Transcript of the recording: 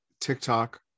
TikTok